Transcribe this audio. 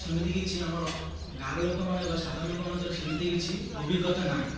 ସେମିତି କିଛି ଆମର ଗାଁର ଲୋକମାନେ ବା ସାଧାରଣ ଲୋକମାନଙ୍କରେ ସେମିତି କିଛି ଅଭିଜ୍ଞତା ନାହିଁ